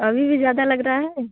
अभी भी ज़्यादा लगता है